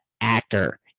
actor